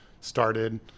started